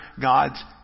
God's